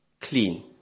clean